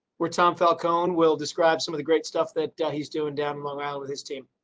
where tom felt cone will describe some of the great stuff that he's doing down morale with his team.